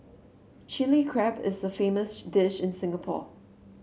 Chilli Crab is a famous dish in Singapore